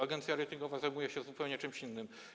Agencja ratingowa zajmuje się zupełnie czymś innym.